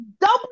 double